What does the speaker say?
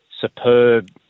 superb